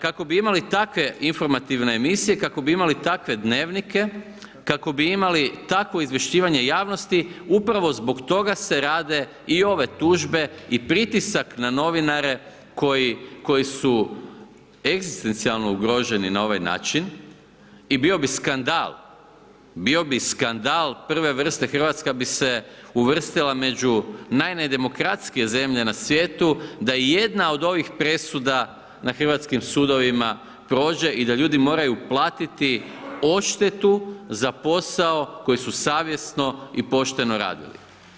Kako bi imali takve informativne emisije, kako bi imali takve dnevnike, kako bi imali takvo izvješćivanje javnosti upravo zbog toga se rade i ove tužbe i pritisak na novinare koji su egzistencijalno ugroženi na ovaj način i bio bi skandal, bio bi skandal prve vrste, Hrvatska bi se uvrstila među najnedemokratskije zemlje na svijetu da i jedna od ovih presuda na hrvatskim sudovima prođe i da ljudi moraju platiti odštetu za posao koji su savjesno i pošteno radili.